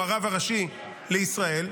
הוא הרב הראשי לישראל,